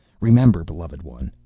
remember, beloved one,